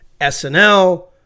SNL